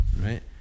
right